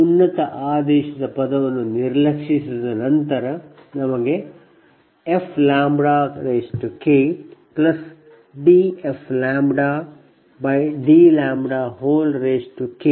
ಉನ್ನತ ಆದೇಶದ ಪದವನ್ನು ನಿರ್ಲಕ್ಷಿಸಿದ ನಂತರ ನಮಗೆ fKdfdλKKPL ಸಿಗುತ್ತದೆ